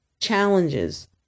challenges